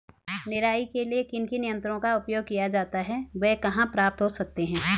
निराई के लिए किन किन यंत्रों का उपयोग किया जाता है वह कहाँ प्राप्त हो सकते हैं?